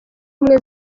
ubumwe